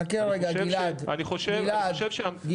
חכה רגע גלעד, גלעד.